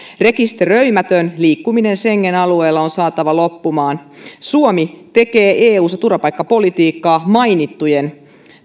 rekisteröimätön liikkuminen schengen alueella on saatava loppumaan suomi tekee eussa turvapaikkapolitiikkaa mainittujen